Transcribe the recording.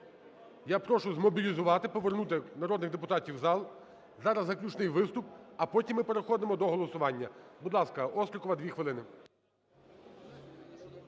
Я прошу змобілізувати, повернути народних депутатів у зал. Зараз заключний виступ, а потім ми переходимо до голосування. Будь ласка, Острікова, 2 хвилини.